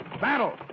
Battle